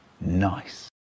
nice